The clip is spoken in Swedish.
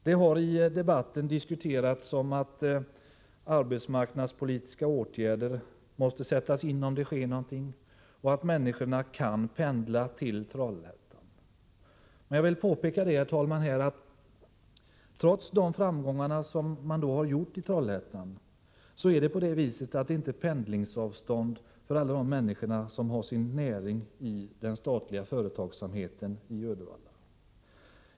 Det har i debatten talats om att arbetsmarknadspolitiska åtgärder måste sättas in, om det sker någonting, och att människorna kan pendla till Trollhättan. Jag vill påpeka att trots de framgångar man har haft i Trollhättan är det inte pendlingsavstånd för alla de människor som har sin näring i den statliga företagsamheten i Uddevalla.